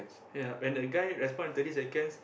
ya when the guy respond in thirty seconds